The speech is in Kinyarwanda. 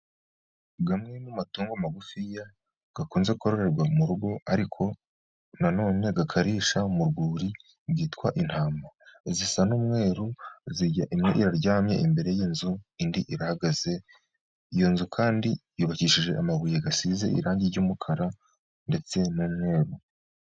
Amwe mu mamatungo magufi akunze kororerwa mu rugo ariko na none akarisha mu rwuri byitwa intama, zisa n'umweruru imwe iraryamye imbere y'inzu indi irahagaze, iyo nzu kandi yubakishije amabuye asize irangi ry'umukara ndetse n'umweru.